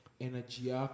energy